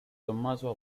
tommaso